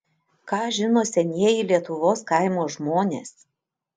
ką žino senieji lietuvos kaimo žmonės